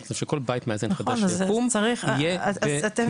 אנחנו רוצים שכל בית מאזן חדש שיקום יהיה בתמיכה